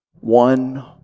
one